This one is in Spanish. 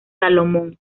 salomón